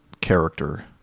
character